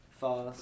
fast